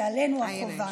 ועלינו החובה.